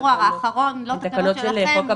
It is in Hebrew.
הן לא תקנות שלכם,